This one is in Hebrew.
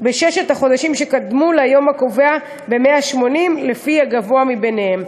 בששת החודשים שקדמו ליום הקובע ב-180, הגבוה בהם.